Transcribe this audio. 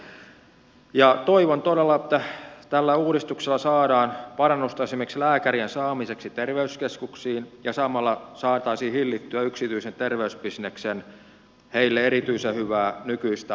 toivon todella että tällä uudistuksella saadaan parannusta esimerkiksi lääkärien saamiseksi terveyskeskuksiin ja samalla saataisiin hillittyä yksityiselle terveysbisnekselle erityisen hyvää nykyistä asemaa